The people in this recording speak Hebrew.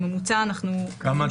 בממוצע כלל